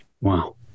Wow